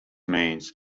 means